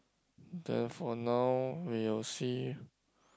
then for now we will see